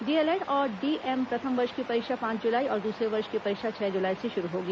DElEd और DM प्रथम वर्ष की परीक्षा पांच जुलाई और दूसरे वर्ष की परीक्षा छह जुलाई से शुरू होगी